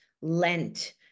lent